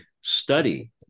study